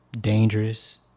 dangerous